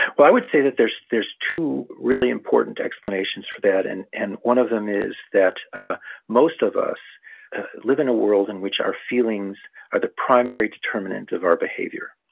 well, i would say that there's there's two really important explanations for that. and and one of them is that most of us live in a world in which our feelings are the primary determinant of our behavior.